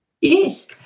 Yes